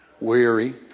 weary